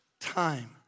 time